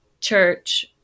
church